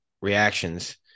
reactions